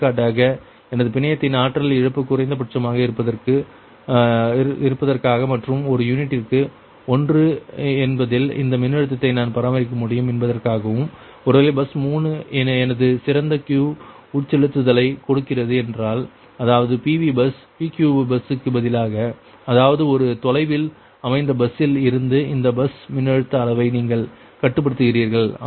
எடுத்துக்காட்டாக எனது பிணையத்தின் ஆற்றல் இழப்பு குறைந்தபட்சமாக இருப்பதற்காக மற்றும் ஒரு யூனிட்டிற்கு ஒன்று என்பதில் இந்த மின்னழுத்தத்தை நான் பராமரிக்க முடியும் என்பதற்காகவும் ஒருவேளை பஸ் 3 எனது சிறந்த Q உட்செலுத்துதலை கொடுக்கிறது என்றால் அதாவது PV பஸ் PQV பஸ்ஸுக்கு பதிலாக அதாவது ஒரு தொலைவில் அமைந்த பஸ்ஸில் இருந்து இந்த பஸ் மின்னழுத்த அளவை நீங்கள் கட்டுப்படுத்துகிறீர்கள்